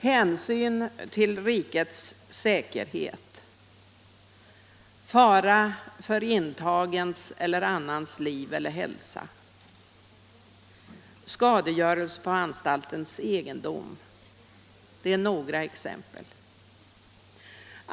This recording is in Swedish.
Hänsyn till rikets säkerhet, fara för intagens eller annans liv eller hälsa samt skadegörelse på anstaltens egendom nämns.